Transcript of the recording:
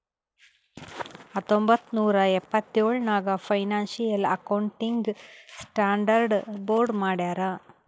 ಹತ್ತೊಂಬತ್ತ್ ನೂರಾ ಎಪ್ಪತ್ತೆಳ್ ನಾಗ್ ಫೈನಾನ್ಸಿಯಲ್ ಅಕೌಂಟಿಂಗ್ ಸ್ಟಾಂಡರ್ಡ್ ಬೋರ್ಡ್ ಮಾಡ್ಯಾರ್